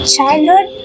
Childhood